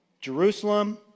Jerusalem